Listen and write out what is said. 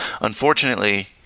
Unfortunately